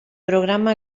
programa